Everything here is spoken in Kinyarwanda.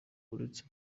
uretse